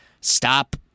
Stop